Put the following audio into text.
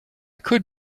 could